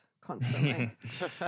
constantly